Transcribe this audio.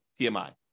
PMI